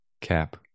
Cap